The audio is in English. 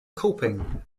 coping